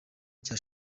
cya